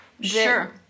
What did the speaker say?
Sure